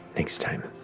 next time.